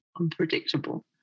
unpredictable